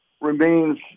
remains